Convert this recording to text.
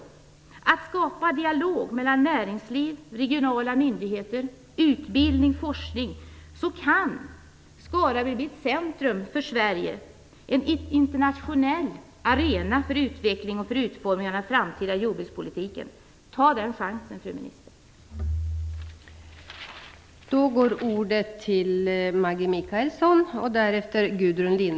Genom att skapa dialog mellan näringsliv, regionala myndigheter, utbildning och forskning kan Skaraborg bli ett centrum för Sverige, en internationell arena för utveckling och utformning av den framtida jordbrukspolitiken. Ta den chansen, fru minister!